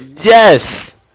Yes